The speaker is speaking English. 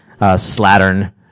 Slattern